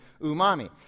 umami